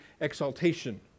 exaltation